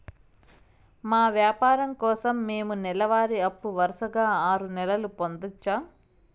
మా వ్యాపారం కోసం మేము నెల వారి అప్పు వరుసగా ఆరు నెలలు పొందొచ్చా?